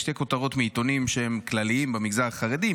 שתי כותרות מעיתונים שהם כלליים במגזר החרדי,